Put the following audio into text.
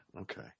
okay